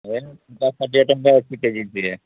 ଏ ପଚାଶ ଷାଠିଏ ଟଙ୍କା ଅଛି କେ ଜି ଟିକିଏ